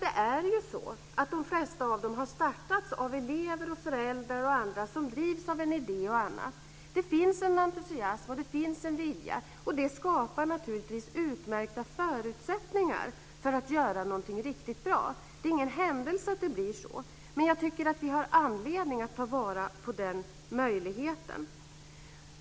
Det är ju så att de flesta av dem har startats av elever, föräldrar och andra som bl.a. drivs av en idé. Det finns en entusiasm och en vilja, och det skapar naturligtvis utmärkta förutsättningar för att göra någonting riktigt bra. Det är ingen händelse att det blir så, och jag tycker att vi har anledning att ta vara på den möjligheten.